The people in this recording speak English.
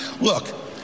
Look